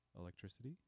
electricity